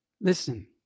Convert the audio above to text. Listen